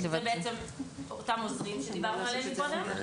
זה אותם עוזרים שדיברנו עליהם קודם,